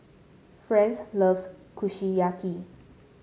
Frances loves Kushiyaki